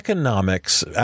economics